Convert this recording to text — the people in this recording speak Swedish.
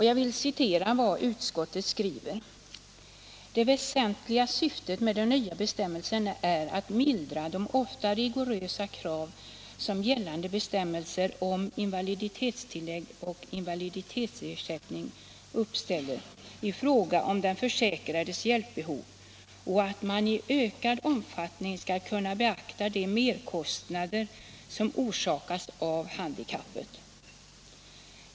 Jag vill citera vad utskottet skrev den gången: ”Det väsentliga syftet med de nya bestämmelserna är att mildra de ofta rigorösa krav som gällande bestämmelser om invaliditetstillägg och invaliditetsersättning uppställer i fråga om den försäkrades hjälpbehov och att man i ökad omfattning skall kunna beakta de merkostnader som orsakas av handikappet.